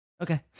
Okay